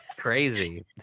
crazy